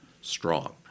strong